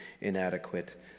inadequate